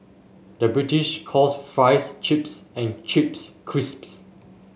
the British calls fries chips and chips crisps